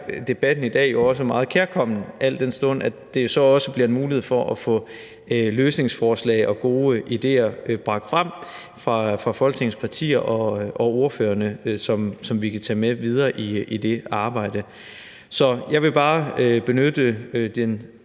debatten i dag jo også meget kærkommen, al den stund at det også bliver en mulighed for at få løsningsforslag og gode idéer bragt frem fra Folketingets partier og fra ordførerne, som vi kan tage med videre i det arbejde. Så jeg vil bare benytte den